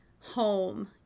home